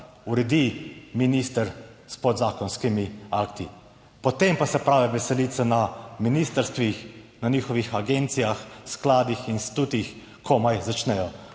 uredi minister s podzakonskimi akti. Potem pa se prave veselice na ministrstvih, na njihovih agencijah, skladih, institutih komaj začnejo,